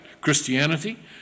Christianity